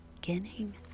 beginning